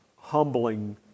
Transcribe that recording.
humbling